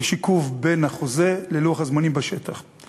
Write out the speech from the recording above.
יש עיכוב בלוח הזמנים בשטח לעומת החוזה.